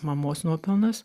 mamos nuopelnas